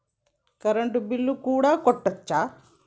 Current bill కూడా కట్టొచ్చా?